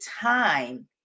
time